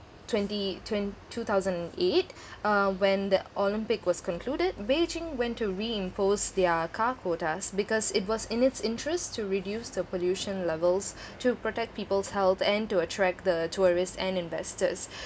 twenty twen~ two thousand eight uh when the olympic was concluded beijing went to reimpose their car quotas because it was in its interest to reduce the pollution levels to protect people's health and to attract the tourists and investors